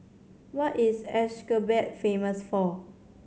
what is Ashgabat famous for